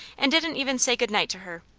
and didn't even say good-night to her.